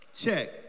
check